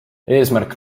eesmärk